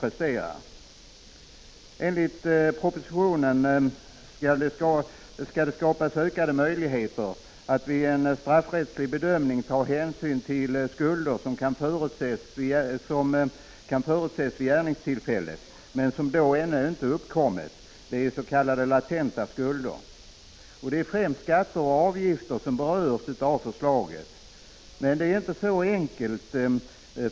Enligt propositionen skall det skapas ökade möjligheter att vid en straffrättslig bedömning ta hänsyn till skulder som kan förutses vid gärningstillfället men som då ännu inte har uppkommit, s.k. latenta skulder. Det är främst skatter och avgifter som berörs av förslaget, men det är inte så enkelt.